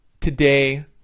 today